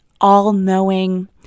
all-knowing